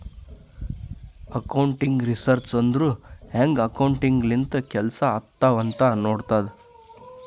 accounting research ಅಂದುರ್ ಹ್ಯಾಂಗ್ accounting ಲಿಂತ ಕೆಲ್ಸಾ ಆತ್ತಾವ್ ಅಂತ್ ನೋಡ್ತುದ್